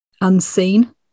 unseen